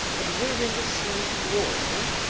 observing the seafloor,